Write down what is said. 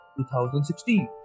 2016